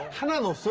hello so